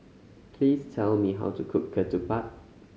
please tell me how to cook ketupat